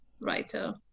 writer